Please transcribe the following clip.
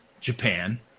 Japan